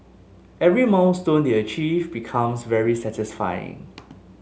every milestone they achieve becomes very satisfying